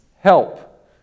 help